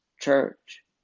church